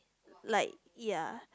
like ya